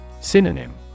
Synonym